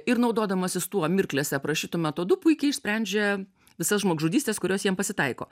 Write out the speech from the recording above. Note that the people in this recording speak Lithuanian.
ir naudodamasis tuo mirklėse aprašytu metodu puikiai išsprendžia visas žmogžudystes kurios jam pasitaiko